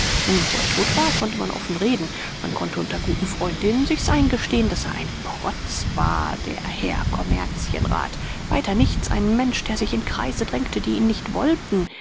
nun wo er tot war konnte man offen reden man konnte unter guten freundinnen sich's eingestehen daß er ein protz war der herr kommerzienrat weiter nichts ein mensch der sich in kreise drängte die ihn nicht wollten